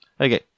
okay